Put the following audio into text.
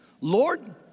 Lord